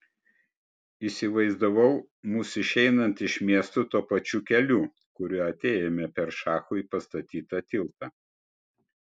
įsivaizdavau mus išeinant iš miesto tuo pačiu keliu kuriuo atėjome per šachui pastatytą tiltą